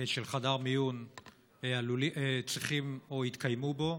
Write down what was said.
של חדר מיון צריכים או יתקיימו בו,